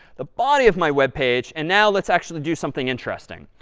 the body of my web page and now let's actually do something interesting.